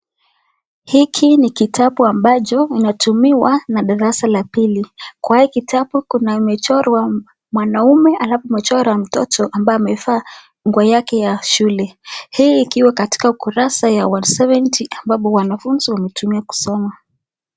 Hiki ni kitabu ambacho inatumiwa na darasa la pili. Kwa hii kitabu kuna imechorwa mwanaume halafu wamechora mtoto ambaye amevaa nguo yake ya shule. Hii ikiwa katika ukurasa ya 170 ambapo wanafunzi wametumia kusoma.